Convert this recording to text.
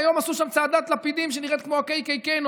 והיום עשו שם צעדת לפידים שנראית כמו ה-KKK.